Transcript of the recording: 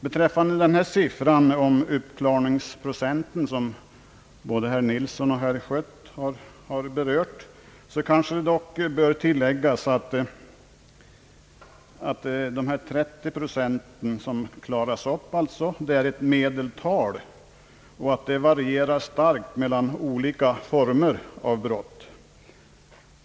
Beträffande siffran för uppklaringsprocenten, som både herr Ferdinand Nilsson och herr Schött har berört, bör dock tilläggas, att de 30 procent av brotten som klaras upp utgör ett medeltal som varierar starkt mellan olika former av brott.